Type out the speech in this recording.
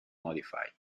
modified